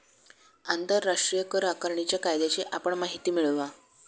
आंतरराष्ट्रीय कर आकारणीच्या कायद्याची आपण माहिती मिळवा